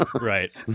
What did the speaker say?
right